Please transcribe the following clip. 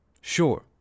Sure